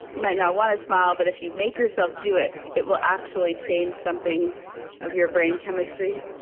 you might not want to smile. but if you make yourself do it, it will actually change something of your brain chemistry.